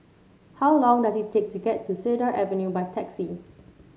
how long does it take to get to Cedar Avenue by taxi